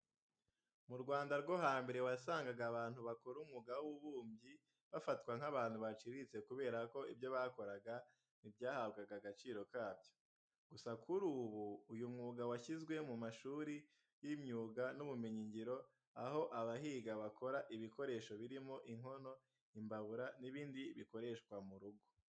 Mu Rwanda rwo hambere wasangaga abantu bakora umwuga w'ububumbyi bafatwa nk'abantu baciriritse kubera ko ibyo bakoraga ntibyahabwaga agaciro kabyo. Gusa kuri ubu, uyu mwuga washyizwe mu mashuri y'imyuga n'ubumenyingiro, aho abahiga bakora ibikoresho birimo inkono, imbabura n'ibindi bikoreshwa mu rugo.